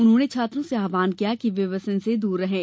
उन्होंने छात्रों से आव्हान किया कि वे व्यसन दूर रहें